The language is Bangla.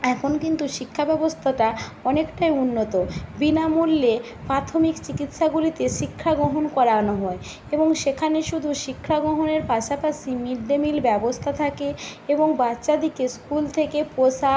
এখন কিন্তু শিক্ষাব্যবস্থাটা অনেকটাই উন্নত বিনামূল্যে প্রাথমিক চিকিৎসাগুলিতে শিক্ষা গ্রহণ করানো হয় এবং সেখানে শুধু শিক্ষা গ্রহণের পাশাপাশি মিড ডে মিল ব্যবস্থা থাকে এবং বাচ্চাদিকে স্কুল থেকে পোশাক